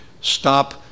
Stop